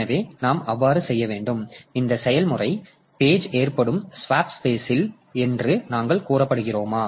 எனவே நாம் அவ்வாறு செய்ய வேண்டும் இந்த செயல்முறை பேஜ் ஏற்றப்படும் ஸ்வாப்பு பேசில் என்று நாங்கள் கூறப்படுகிறோமா